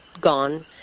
gone